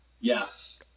yes